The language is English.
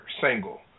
single